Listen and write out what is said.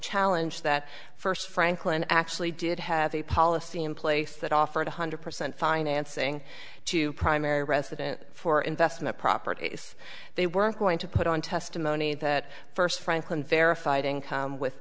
challenge that first franklin actually did have a policy in place that offered one hundred percent financing to primary residence for investment properties they weren't going to put on testimony that first franklin verified income with